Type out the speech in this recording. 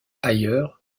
ailleurs